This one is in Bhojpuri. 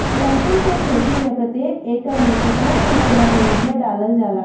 लहसुन के खेती में प्रतेक एकड़ में केतना किलोग्राम यूरिया डालल जाला?